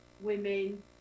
women